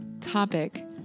topic